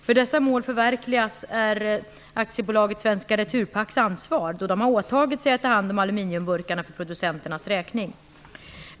Hur dessa mål förverkligas är AB Svenska Returpacks ansvar, då det har åtagit sig att ta hand om aluminiumburkarna för producenternas räkning.